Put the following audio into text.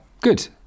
good